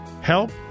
help